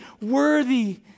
worthy